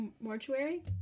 Mortuary